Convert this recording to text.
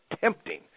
tempting